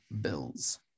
Bills